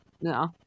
No